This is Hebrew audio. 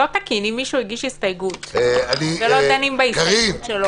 לא תקין אם מישהו הגיש הסתייגות ולא דנים בהסתייגות שלו.